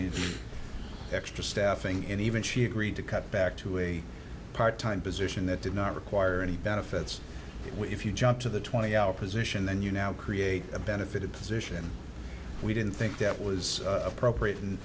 needs extra staffing and even she agreed to cut back to a part time position that did not require any benefits if you jump to the twenty hour position then you now create a benefit a position we didn't think that was appropriate and